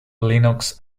lennox